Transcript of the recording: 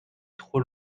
trop